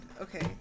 Okay